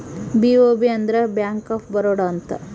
BOB ಅಂದ್ರ bank of Baroda ಅಂತ